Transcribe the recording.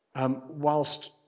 whilst